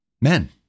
Men